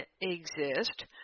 exist